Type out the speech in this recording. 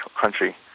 country